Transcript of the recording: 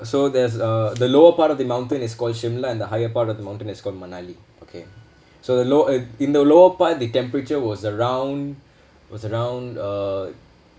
so there's a the lower part of the mountain is called the higher part of the mountain is called manali okay so the low uh in the lower part the temperature was around was around uh